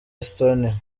estonia